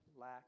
lack